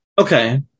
okay